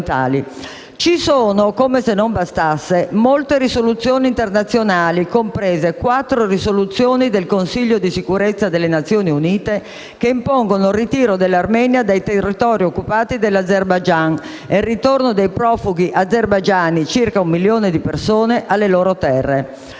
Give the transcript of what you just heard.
Esistono, come se non bastasse, molte risoluzioni internazionali, comprese quattro risoluzioni del Consiglio di sicurezza delle Nazioni Unite, che impongono il ritiro dell'Armenia dai territori occupati dell'Azerbaigian e il ritorno dei profughi azerbaigiani (circa un milione di persone) alle loro terre.